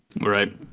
Right